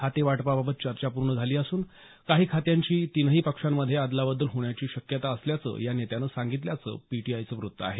खातेवाटपाबाबत चर्चा पूर्ण झालेली असून काही खात्यांची तीनही पक्षांमध्ये अदलाबदल होण्याची शक्यता असल्याचं या नेत्यानं सांगितल्याचं पीटीआयचं वृत्त आहे